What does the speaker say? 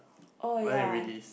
oh ya